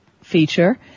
feature